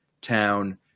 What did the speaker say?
town